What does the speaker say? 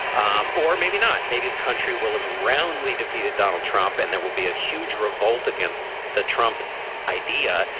um or maybe not. maybe the country will have roundly defeated donald trump and there will be a huge revolt against the trump idea.